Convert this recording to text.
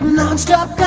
non-stop.